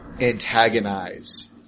antagonize